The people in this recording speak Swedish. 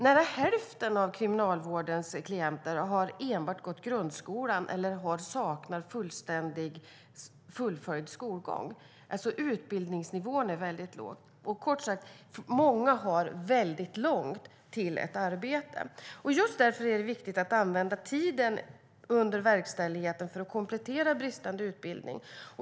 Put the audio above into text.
Nära hälften av Kriminalvårdens klinter har enbart gått grundskolan eller saknar fullföljd skolgång. Utbildningsnivån är alltså väldigt låg. Många har kort sagt långt till ett arbete. Just därför är det viktigt att använda tiden under verkställigheten för att komplettera bristande utbildning.